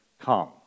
come